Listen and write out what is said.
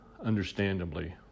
understandably